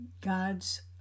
God's